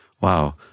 Wow